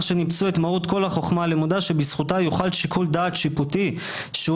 שניפצו את מהות כל החוכמה הלמודה שבזכותה יוכל שיקול דעת שיפוטי שהוא